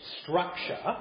structure